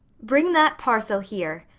bring that parcel here.